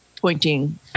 pointing